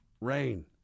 rain